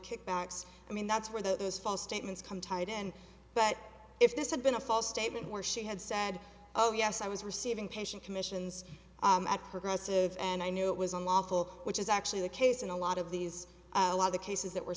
kickbacks i mean that's where the false statements come tied in but if this had been a false statement where she had sad oh yes i was receiving pension commissions at progressive and i knew it was unlawful which is actually the case in a lot of these other cases that were